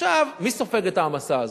מי סופג את ההעמסה הזאת?